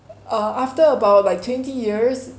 uh after about like twenty years